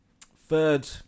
third